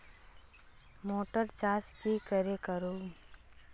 Motor चास की करे करूम?